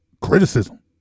criticism